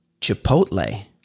Chipotle